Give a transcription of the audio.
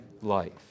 life